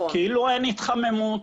כאילו אין התחממות,